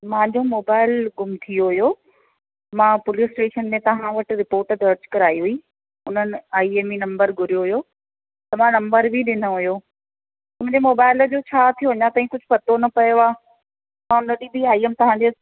मुंहिंजो मोबाइल घुम थी वियो हुओ मां पुलिस स्टेशन में तव्हां वटि रिपोट दर्ज कराई हुई उन्हनि आई एम ई नंबर घुरियो हुयो त मां नंबर बि ॾिनो हुओ मुंहिंजे मोबाइल जो छा थियो अञा ताईं कुझु पतो न पियो आहे मां वरी बि आई हुअमि तव्हांजे